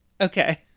Okay